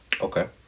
Okay